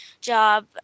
job